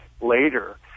later